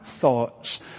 thoughts